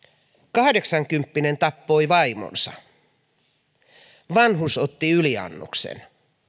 kahdeksankymppinen tappoi vaimonsa vanhus otti yliannoksen